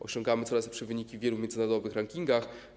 Osiągamy coraz lepsze wyniki w wielu międzynarodowych rankingach.